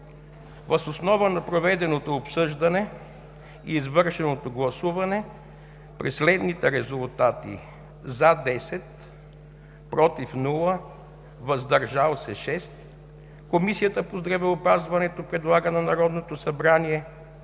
Въз основа на проведеното обсъждане и извършеното гласуване при следните резултати: „за“ 10, без „против“, „въздържали се“ 6, Комисия по здравеопазването предлага на Народното събрание